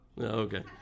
Okay